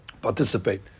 Participate